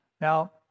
now